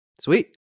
Sweet